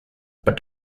but